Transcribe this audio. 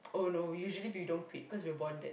oh no we usually we don quit cause we are bonded